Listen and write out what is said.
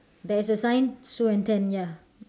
there's a sign sue and ted ya